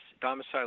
domicile